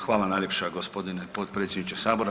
Hvala najljepša gospodine potpredsjedniče Sabora.